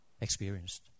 experienced